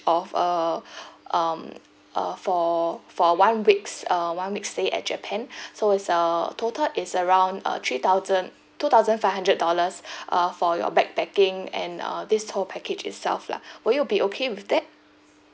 of a um uh for for a one weeks uh one weeks stay at japan so it's err total is around uh three thousand two thousand five hundred dollars uh for your backpacking and uh this tour package itself lah will you be okay with that